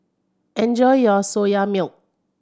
enjoy your Soya Milk